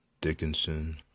Dickinson